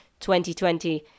2020